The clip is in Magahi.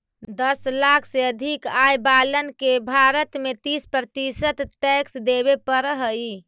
दस लाख से अधिक आय वालन के भारत में तीस प्रतिशत टैक्स देवे पड़ऽ हई